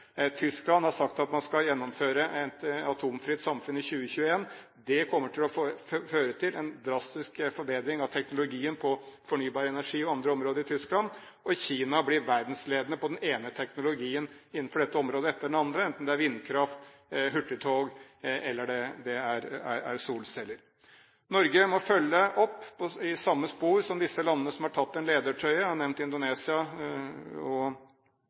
Tyskland har sagt at man skal ha et atomfritt samfunn i 2021. Det kommer til å føre til en drastisk forbedring av teknologien på fornybar energi-området og andre områder i Tyskland. Og Kina blir verdensledende på den ene teknologien etter den andre innenfor dette området, enten det er vindkraft, hurtigtog eller solceller. Norge må følge opp i samme spor som de landene, som har tatt en ledertrøye, jeg har nevnt Indonesia, Australia, Tyskland og